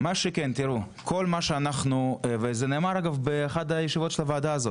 מה שכן, וזה נאמר גם באחת הישיבות של הוועדה הזו,